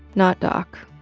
not doc,